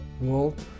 world